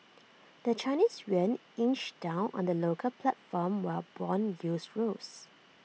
the Chinese Yuan inched down on the local platform while Bond yields rose